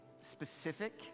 specific